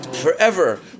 Forever